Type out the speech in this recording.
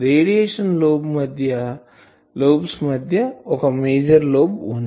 radiation lobes మధ్య ఒక major lobe వుంది